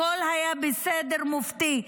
הכול היה בסדר מופתי,